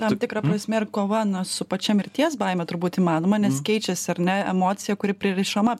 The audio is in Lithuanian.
tam tikra prasme ir kova na su pačia mirties baime turbūt įmanoma nes keičiasi ar ne emocija kuri pririšama